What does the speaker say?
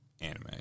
anime